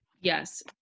yes